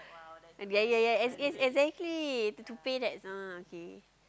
and ya ya ya yes yes exactly to pay debts ah okay